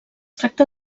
tracta